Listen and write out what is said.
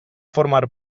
formar